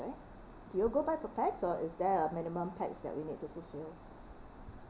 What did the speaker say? right do you go by per pax or is there a minimum pax that we need to fulfill